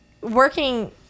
working